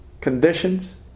conditions